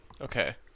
Okay